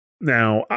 Now